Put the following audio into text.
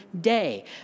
day